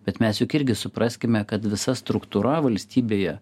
bet mes juk irgi supraskime kad visa struktūra valstybėje